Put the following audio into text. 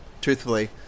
Truthfully